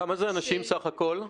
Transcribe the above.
בכמה אנשים בסך הכול מדובר?